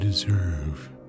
Deserve